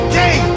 day